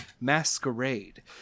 masquerade